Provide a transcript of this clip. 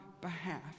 behalf